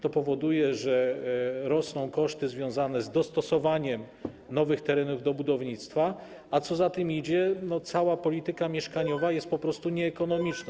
To powoduje, że rosną koszty związane z dostosowaniem nowych terenów do budownictwa, a co za tym idzie, cała polityka mieszkaniowa jest po prostu nieekonomiczna.